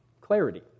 clarity